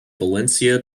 valencia